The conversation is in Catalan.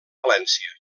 valència